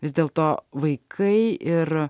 vis dėlto vaikai ir